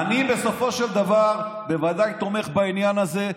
בסופו של דבר אני בוודאי תומך בעניין הזה.